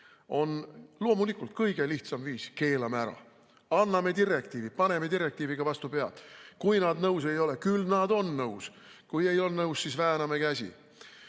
on loomulikult kõige lihtsam viis: keelame ära, anname direktiivi, paneme direktiiviga vastu pead. Kui nad nõus ei ole – küll nad on nõus, aga kui ei ole nõus, siis vääname käsi.